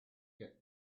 get